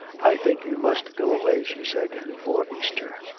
i think you must go away, she said, for easter.